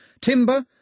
timber